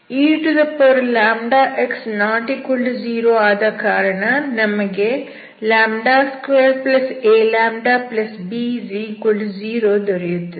eλx≠0 ಆದಕಾರಣ ನಮಗೆ 2aλb0 ದೊರೆಯುತ್ತದೆ